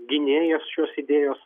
gynėjas šios idėjos